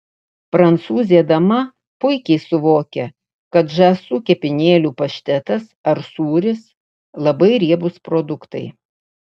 prancūzė dama puikiai suvokia kad žąsų kepenėlių paštetas ar sūris labai riebūs produktai